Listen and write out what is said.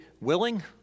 willing